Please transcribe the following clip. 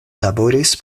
laboris